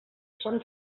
són